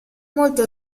molte